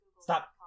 Stop